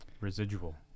residual